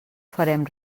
farem